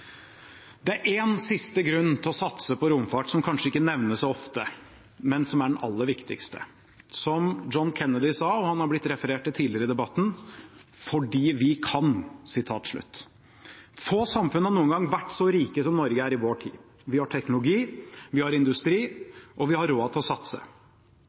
Det er én siste grunn til å satse på romfart som kanskje ikke nevnes så ofte, men som er den aller viktigste – som John Kennedy sa, og han har det blitt referert til tidligere i debatten – fordi vi kan. Få samfunn har noen gang vært så rike som Norge er i vår tid. Vi har teknologi, vi har industri, og vi har råd til å satse.